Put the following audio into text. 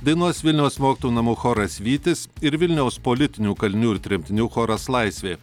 dainuos vilniaus mokytojų namų choras vytis ir vilniaus politinių kalinių ir tremtinių choras laisvė